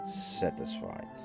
satisfied